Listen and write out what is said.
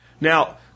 Now